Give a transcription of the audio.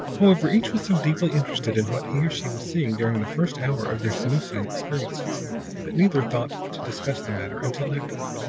however, each was so deeply interested in what he or she was seeing during the first hour of their sanusian experiences that neither thought to discuss the matter until afterward.